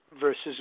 versus